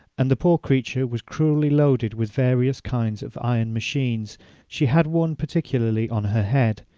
and the poor creature was cruelly loaded with various kinds of iron machines she had one particularly on her head,